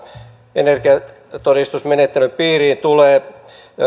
energiatodistusmenettelyn piiriin tulee